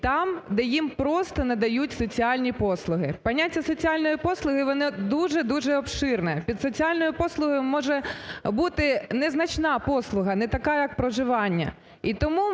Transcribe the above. там, де їм просто надають соціальні послуги. Поняття "соціальної послуги" воно дуже-дуже обширне. Під соціальною послугою може бути незначна послуга, не така як проживання.